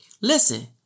Listen